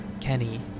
Kenny